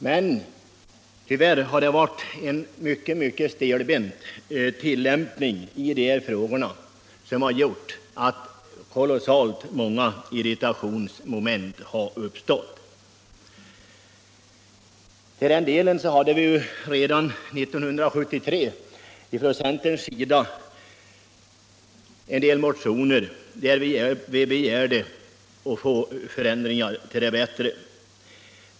Men tyvärr har tillämpningen blivit mycket stelbent, och det har gjort att kolossalt många irritationsmoment har uppstått. Redan 1973 väckte vi från centerns sida en del motioner där vi begärde förändringar till det bättre.